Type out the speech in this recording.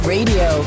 Radio